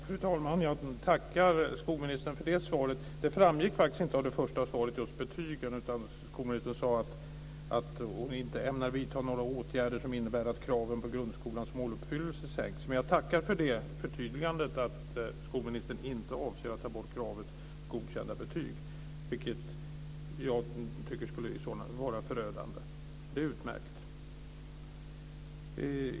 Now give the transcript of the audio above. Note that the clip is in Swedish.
Fru talman! Jag tackar skolministern för det svaret. Det som sades om betygen framgick faktiskt inte av det första svaret, utan skolministern sade att hon inte ämnar vidta några åtgärder som innebär att kraven på grundskolans måluppfyllelse sänks. Jag tackar för förtydligandet att skolministern inte avser att ta bort kravet på godkända betyg, vilket jag tycker skulle vara förödande. Det är utmärkt.